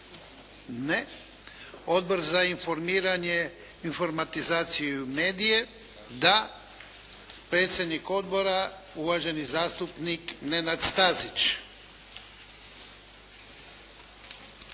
Ne. Odbor za informiranje, informatizaciju i medije? Da. Predsjednik odbora, uvaženi zastupnik Nenad Stazić.